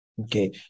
okay